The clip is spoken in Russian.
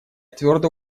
твердо